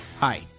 Hi